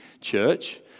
Church